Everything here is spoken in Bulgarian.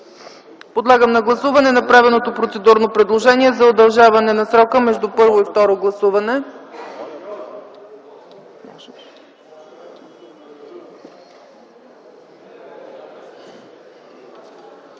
Режим на гласуване за направеното процедурно предложение за удължаване срока между първо и второ четене